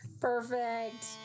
Perfect